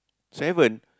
seven